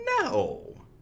no